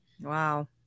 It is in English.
Wow